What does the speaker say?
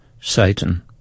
Satan